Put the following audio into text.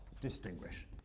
distinguish